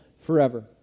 forever